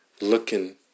looking